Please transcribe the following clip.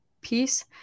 Peace